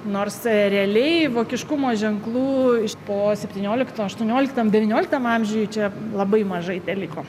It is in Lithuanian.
nors realiai vokiškumo ženklų iš po septyniolikto aštuonioliktam devynioliktam amžiuj čia labai mažai teliko